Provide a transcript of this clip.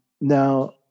Now